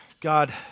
God